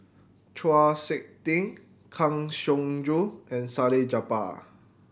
Chau Sik Ting Kang Siong Joo and Salleh Japar